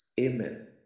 Amen